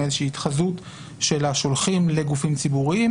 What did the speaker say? מאיזה שהיא התחזות של השולחים לגופים ציבוריים.